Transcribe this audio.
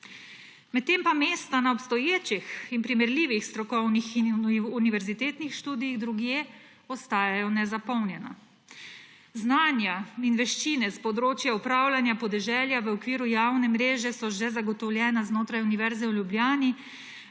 Medtem pa mesta na obstoječih in primerljivih strokovnih in univerzitetnih študijih drugje ostajajo nezapolnjena. Znanja in veščine s področja upravljanja podeželja v okviru javne mreže so že zagotovljena znotraj Univerze v Ljubljani,